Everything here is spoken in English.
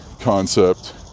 concept